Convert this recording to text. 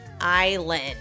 Island